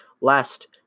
last